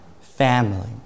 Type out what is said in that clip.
family